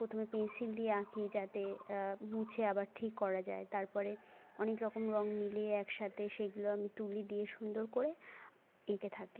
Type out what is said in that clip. প্রথমে পেন্সিল দিয়ে আঁকি যাতে মুছে আবার ঠিক করা যায় তারপরে অনেক রকম রঙ মিলিয়ে একসাথে সেগুলো আমি তুলি দিয়ে সুন্দর করে এঁকে থাকি